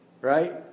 Right